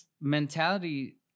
mentality